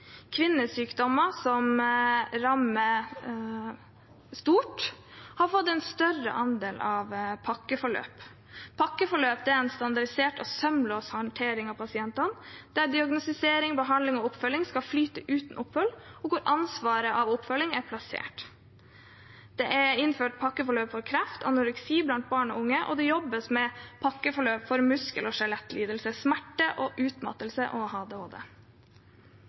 Kvinnesykdommer som rammer stort, har fått en større andel av pakkeforløpene. Pakkeforløp er en standardisert og sømløs håndtering av pasientene, der diagnostisering, behandling og oppfølging skal flyte uten opphold, og hvor ansvaret for oppfølgingen er plassert. Det er innført pakkeforløp for kreft og for anoreksi blant barn og unge, og det jobbes med pakkeforløp for muskel- og skjelettlidelser, smerte, utmattelse og